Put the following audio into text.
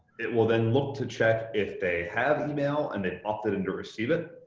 it will then look to check if they have email and they've opted in to receive it,